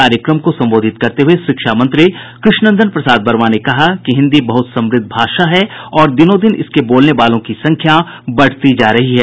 कार्यक्रम को संबोधित करते हुये शिक्षा मंत्री कृष्णनंदन प्रसाद वर्मा ने कहा कि हिन्दी बहुत समृद्ध भाषा है और दिनोंदिन इसके बोलने वालों की संख्या बढ़ती जा रही है